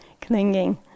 clinging